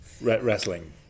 wrestling